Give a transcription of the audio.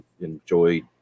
enjoy